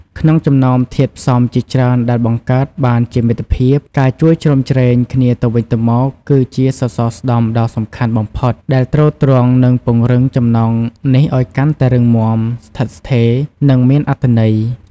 ក្នុងចំណោមធាតុផ្សំជាច្រើនដែលបង្កើតបានជាមិត្តភាព ការជួយជ្រោមជ្រែងគ្នាទៅវិញទៅមក គឺជាសសរស្តម្ភដ៏សំខាន់បំផុត ដែលទ្រទ្រង់ និងពង្រឹងចំណងនេះឲ្យកាន់តែរឹងមាំ ស្ថិតស្ថេរ និងមានអត្ថន័យ។